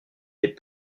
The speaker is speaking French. est